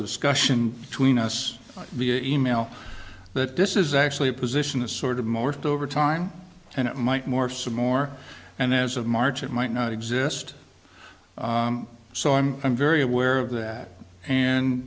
discussion between us via e mail that this is actually a position to sort of morphed over time and it might more some more and as of march it might not exist so i'm very aware of that and